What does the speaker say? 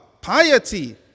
piety